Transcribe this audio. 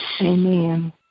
Amen